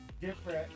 different